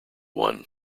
one